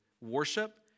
worship